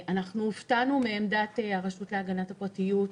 הופתענו מעמדת הרשות להגנת הפרטיות,